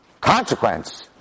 consequence